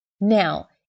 Now